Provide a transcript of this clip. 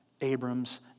Abram's